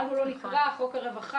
ולא חוק הרווחה.